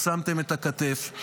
שמתם את הכתף.